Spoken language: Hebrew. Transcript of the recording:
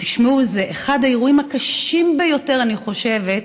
תשמעו, זה אחד האירועים הקשים ביותר, אני חושבת,